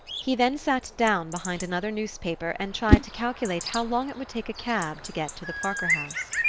he then sat down behind another newspaper and tried to calculate how long it would take a cab to get to the parker house.